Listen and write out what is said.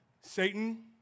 Satan